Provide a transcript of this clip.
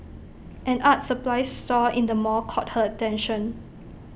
an art supplies store in the mall caught her attention